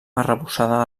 arrebossada